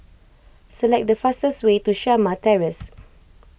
select the fastest way to Shamah Terrace